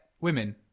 women